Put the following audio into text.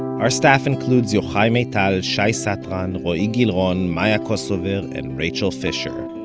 our staff includes yochai maital, shai satran, roee gilron, maya kosover and rachel fisher.